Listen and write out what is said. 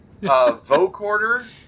vocorder